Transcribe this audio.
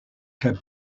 kaj